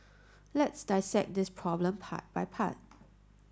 let's dissect this problem part by part